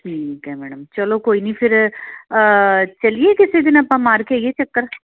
ਠੀਕ ਹੈ ਮੈਡਮ ਚਲੋ ਕੋਈ ਨਹੀਂ ਫਿਰ ਚਲੀਏ ਕਿਸੇ ਦਿਨ ਆਪਾਂ ਮਾਰ ਕੇ ਆਈਏ ਚੱਕਰ